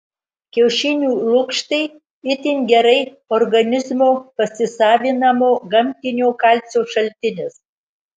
kiaušinių lukštai itin gerai organizmo pasisavinamo gamtinio kalcio šaltinis